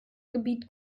gebiet